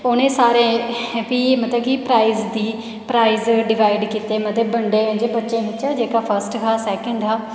उ'नें सारें भी मतलब की प्राईज़ डिवाईड कीते मतलब की बडे बच्चें गी मतलब जेह्का की फर्स्ट हा सैकेंड हा थर्ड हा